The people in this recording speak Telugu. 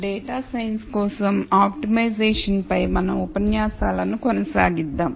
డేటా సైన్స్ కోసం ఆప్టిమైజేషన్ పై మన ఉపన్యాసాలను కొనసాగిద్దాం